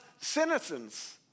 citizens